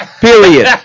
Period